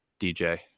DJ